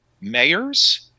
mayors